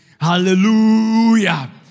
Hallelujah